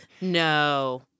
No